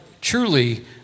truly